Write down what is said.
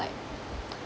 like